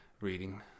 reading